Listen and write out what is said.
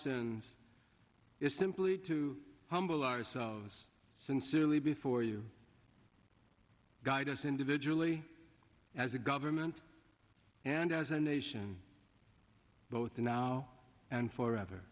sins is simply to humble ourselves sincerely before you guide us individually as a government and as a nation both now and for